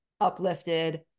uplifted